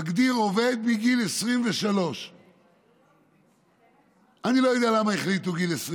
מגדיר עובד מגיל 23. אני לא יודע למה החליטו על גיל 23,